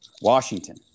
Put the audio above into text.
Washington